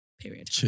Period